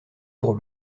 pour